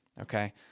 Okay